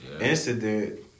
incident